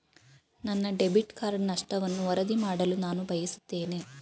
ನನ್ನ debit card ನಷ್ಟವನ್ನು ವರದಿ ಮಾಡಲು ನಾನು ಬಯಸುತ್ತೇನೆ